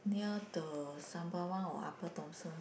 near the Sembawang or Upper-Thomson